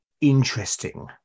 interesting